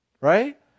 right